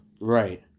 Right